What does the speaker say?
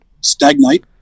stagnate